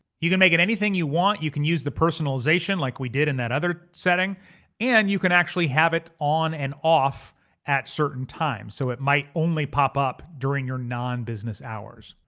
you can make it anything you want. you can use the personalization like we did in that other setting and you can actually have it on and off at certain times. so it might only pop up during your non-business hours.